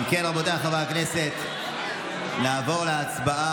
אם כן, רבותיי חברי הכנסת, נעבור להצבעה.